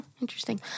interesting